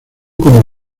como